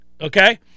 okay